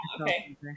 okay